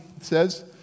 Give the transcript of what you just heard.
says